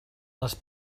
les